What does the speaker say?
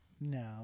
No